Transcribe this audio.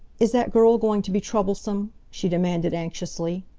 is that girl going to be troublesome? she demanded anxiously.